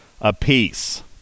apiece